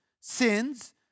sins